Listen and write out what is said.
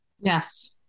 Yes